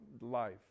life